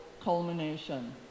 culmination